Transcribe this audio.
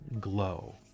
glow